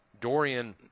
Dorian